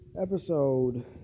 episode